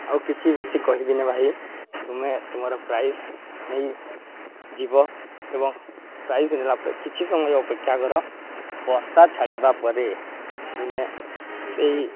ଆଉ କିଛି ବେଶୀ କହିବିନି ଭାଇ ତୁମେ ତୁମର ପ୍ରାଇସ୍ ନେଇ ଯିବ ଏବଂ ପ୍ରାଇସ୍ ନେଲା ପରେ କିଛି ସମୟ ଅପେକ୍ଷା କର ବର୍ଷା ଛାଡ଼ିବା ପରେ ତୁମେ ସେଇ